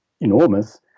enormous